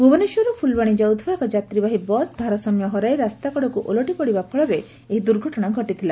ଭୁବନେଶ୍ୱରର୍ର ଫ୍ରଲବାଶୀ ଯାଉଥିବା ଏକ ଯାତ୍ରୀବାହୀ ବସ୍ ଭାରସାମ୍ୟ ହରାଇ ରାସ୍ତାକଡ଼କୁ ଓଲଟି ପଡ଼ିବା ଫଳରେ ଏହି ଦୂର୍ଘଟଣା ଘଟିଥିଲା